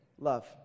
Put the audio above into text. love